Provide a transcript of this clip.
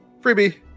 freebie